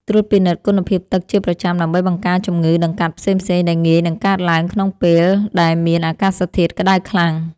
ត្រួតពិនិត្យគុណភាពទឹកជាប្រចាំដើម្បីបង្ការជំងឺដង្កាត់ផ្សេងៗដែលងាយនឹងកើតឡើងក្នុងពេលដែលមានអាកាសធាតុក្ដៅខ្លាំង។